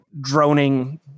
droning